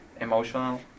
emotional